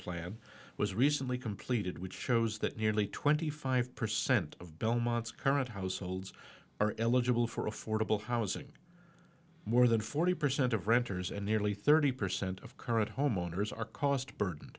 plan was recently completed which shows that nearly twenty five percent of belmont's current households are eligible for affordable housing more than forty percent of renters and nearly thirty percent of current homeowners are cost burden